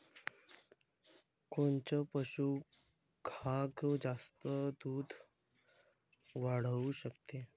कोनचं पशुखाद्य जास्त दुध वाढवू शकन?